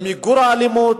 במיגור האלימות.